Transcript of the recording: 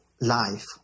life